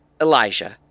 Elijah